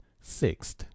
Sixth